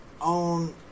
on